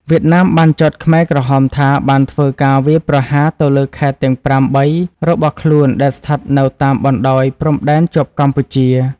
វៀតណាមបានចោទខ្មែរក្រហមថាបានធ្វើការវាយប្រហារទៅលើខេត្តទាំងប្រាំបីរបស់ខ្លួនដែលស្ថិតនៅតាមបណ្តោយព្រំដែនជាប់កម្ពុជា។